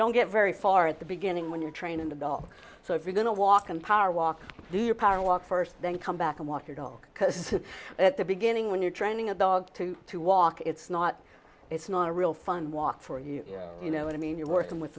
don't get very far at the beginning when you're training the dog so if you're going to walk in power walk do your power walk first then come back and walk your dog because at the beginning when you're training a dog to to walk it's not it's not a real fun walk for you you know i mean you're working with